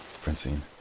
Francine